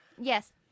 Yes